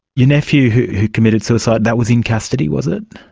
your nephew who committed suicide, that was in custody was it?